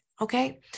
Okay